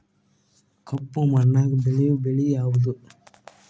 ಕಪ್ಪು ಮಣ್ಣಾಗ ಬೆಳೆಯೋ ಬೆಳಿ ಯಾವುದು?